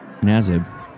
Nazib